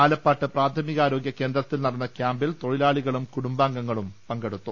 ആലപ്പാട് പ്രാഥമികാരോഗൃ കേന്ദ്രത്തിൽ നടന്ന ക്യാമ്പിൽ തൊഴിലാളികളും കുടുംബാംഗങ്ങളും പങ്കെടുത്തു